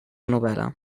novel·la